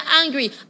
angry